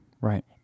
Right